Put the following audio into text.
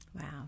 Wow